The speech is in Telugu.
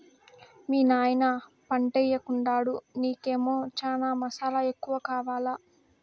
మీ నాయన పంటయ్యెకుండాడు నీకేమో చనా మసాలా ఎక్కువ కావాలా